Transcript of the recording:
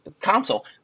console